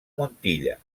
montilla